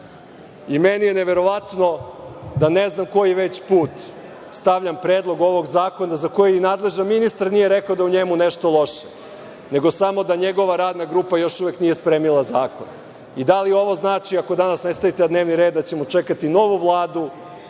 je neverovatno da ne znam koji već put stavljam predlog ovog zakona, za koji ni nadležni ministar nije rekao da je u njemu nešto loše, nego samo da njegova radna grupa još uvek nije spremila zakon, i da li ovo znači, ako danas ne stavite na dnevni red, da ćemo čekati novu vladu,